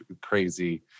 crazy